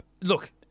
Look